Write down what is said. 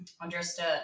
Understood